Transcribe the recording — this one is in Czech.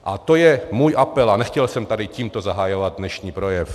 A to je můj apel a nechtěl jsem tady tímto zahajovat dnešní projev.